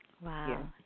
Wow